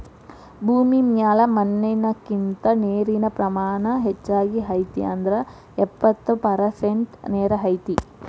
ಭೂಮಿ ಮ್ಯಾಲ ಮಣ್ಣಿನಕಿಂತ ನೇರಿನ ಪ್ರಮಾಣಾನ ಹೆಚಗಿ ಐತಿ ಅಂದ್ರ ಎಪ್ಪತ್ತ ಪರಸೆಂಟ ನೇರ ಐತಿ